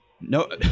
No